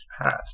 passed